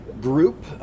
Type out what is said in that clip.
group